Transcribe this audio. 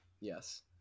Yes